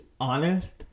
honest